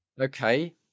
Okay